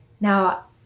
Now